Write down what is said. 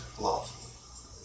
love